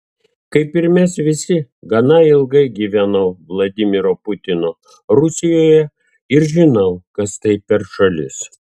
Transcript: kaip ir mes visi gana ilgai gyvenau vladimiro putino rusijoje ir žinau kas tai per šalis